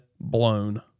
blown